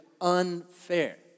unfair